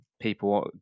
people